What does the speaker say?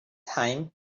time